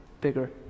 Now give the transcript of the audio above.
bigger